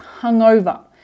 hungover